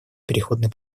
переходный